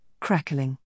crackling